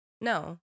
no